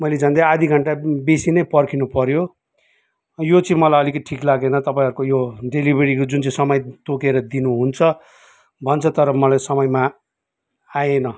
मैले झन्डै आधी घन्टा बेसी नै पर्खिनुपऱ्यो यो चाहिँ मलाई अलिकति ठिक लागेन तपाईँहरूको यो डेलिभरीको जुन चाहिँ समय तोकेर दिनुहुन्छ भन्छ तर मलाई समयमा आएन